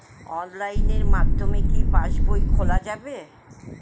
অনলাইনের মাধ্যমে কি পাসবই খোলা যাবে?